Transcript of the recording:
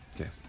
okay